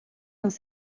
dans